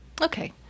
Okay